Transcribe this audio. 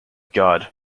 god